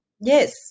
Yes